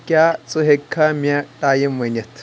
کیٛاہ ژٕ ہیٚککھا مےٚ ٹایم ؤنِتھ